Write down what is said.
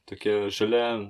tokia žalia